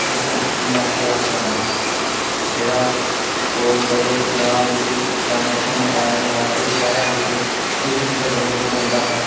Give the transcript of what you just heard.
इक्क Nokia phone जेह्ड़ा ओह् बड़े ग्रांऽ बिच तां मेरे कश ऐ निं हा कोई शैह्रें बिच कुसै कुसै बंदे कोल होंदा हा